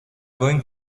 going